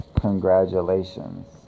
congratulations